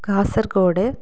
Kasaragod